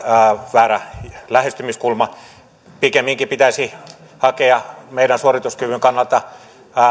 väärä lähestymiskulma pikemminkin pitäisi hakea meidän suorituskykymme kannalta